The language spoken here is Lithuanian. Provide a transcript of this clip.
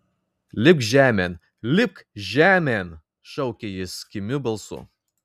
lipk žemėn lipk žemėn šaukė jis kimiu balsu